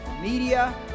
media